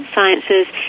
Sciences